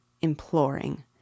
imploring